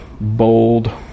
bold